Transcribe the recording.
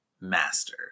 Master